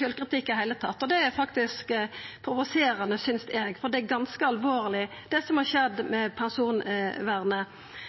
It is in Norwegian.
sjølvkritikk i det heile. Det er faktisk provoserande, synest eg, for det er ganske alvorleg, det som har skjedd med personvernet.